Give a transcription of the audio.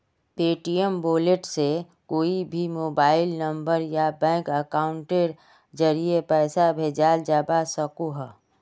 Paytm wallet से कोए भी मोबाइल नंबर या बैंक अकाउंटेर ज़रिया पैसा भेजाल जवा सकोह